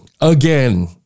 again